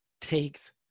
takes